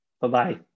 Bye-bye